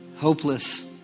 Hopeless